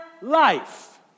life